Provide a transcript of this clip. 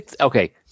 okay